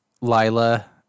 Lila